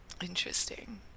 Interesting